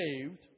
saved